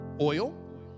oil